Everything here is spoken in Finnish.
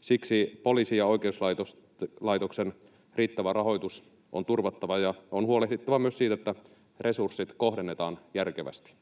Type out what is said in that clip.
Siksi poliisin ja oikeuslaitoksen riittävä rahoitus on turvattava ja on huolehdittava myös siitä, että resurssit kohdennetaan järkevästi.